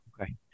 okay